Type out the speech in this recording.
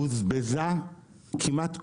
בוזבזה כמעט כולה.